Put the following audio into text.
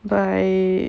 by